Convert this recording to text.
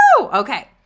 okay